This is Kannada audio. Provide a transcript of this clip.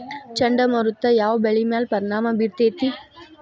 ಚಂಡಮಾರುತ ಯಾವ್ ಬೆಳಿ ಮ್ಯಾಲ್ ಪರಿಣಾಮ ಬಿರತೇತಿ?